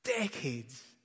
decades